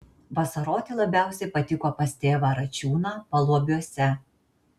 vasaroti labiausiai patiko pas tėvą račiūną paluobiuose